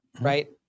right